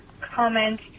comment